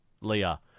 Leah